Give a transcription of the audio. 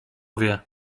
wie